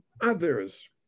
others